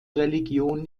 religion